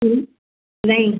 नहीं